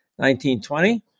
1920